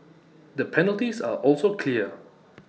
the penalties are also clear